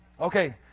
Okay